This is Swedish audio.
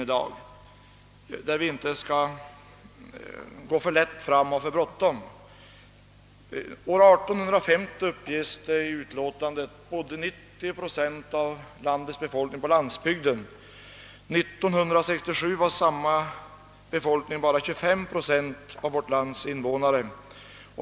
Vi skall därvidlag inte gå för lätt fram och inte ha för bråttom. År 1850 bodde, enligt vad som uppges i utlåtandet, 90 procent av landets befolkning på landsbygden. År 1967 var samma befolkning bara 25 procent av vårt lands innevånare.